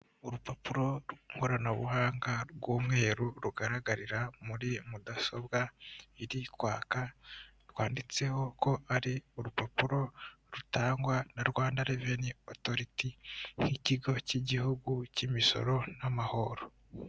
Urupapuro nkoranabuhanga rw'umweru rugaragarira muri mudasobwa iri kwaka, rwanditseho ko ari urupapuro rutangwa na Rwanda reveni otoriti nk'ikigo cy'igihugu cy'imisoro n'amahoro.